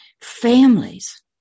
families